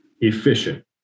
efficient